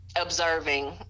observing